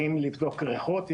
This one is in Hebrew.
באים לבדוק ריחות.